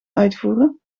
uitvoeren